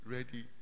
ready